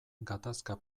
gatazka